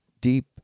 deep